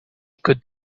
could